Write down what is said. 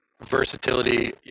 versatility